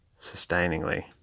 sustainingly